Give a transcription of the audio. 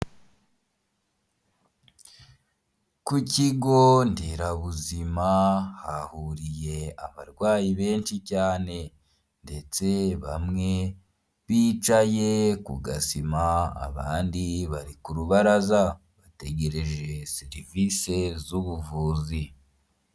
Ku kigo nderabuzima hahuriye abarwayi benshi cyane, ndetse bamwe bicaye ku gasima abandi bari ku rubaraza bategereje serivise z'ubuvuzi.